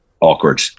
awkward